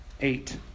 Eight